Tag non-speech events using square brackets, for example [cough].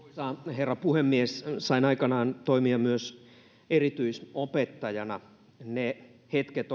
herra puhemies sain aikanaan toimia myös erityisopettajana ne hetket [unintelligible]